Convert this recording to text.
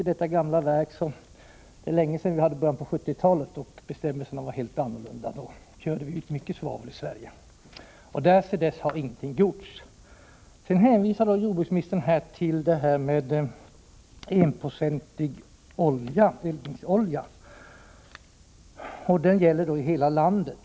I början av 1970-talet var bestämmelserna helt annorlunda, och då körde vi ut mycket svavel i Sverige. Sedan dess har ingenting gjorts i detta gamla verk. Jordbruksministern hänvisar till svavellagstiftningen, enligt vilken svavelhalten i eldningsolja får uppgå till högst 196. Den regeln gäller i hela landet.